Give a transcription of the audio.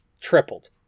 tripled